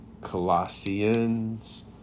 Colossians